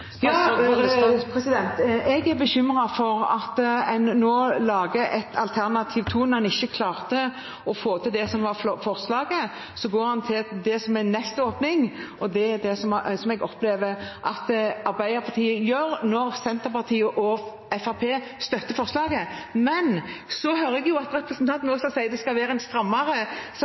er bekymret for at en nå lager et alternativ to. Når en ikke klarer å få til det som var det opprinnelige forslaget, går en til det som er nærmest åpning, og det er det jeg opplever at Arbeiderpartiet gjør når Senterpartiet og Fremskrittspartiet støtter forslaget. Så hører jeg at representanten Aasland sier at det skal